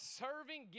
serving